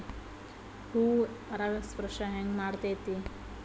ಹೂ ಪರಾಗಸ್ಪರ್ಶ ಹೆಂಗ್ ಮಾಡ್ತೆತಿ?